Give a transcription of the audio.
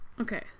Okay